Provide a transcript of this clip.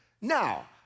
Now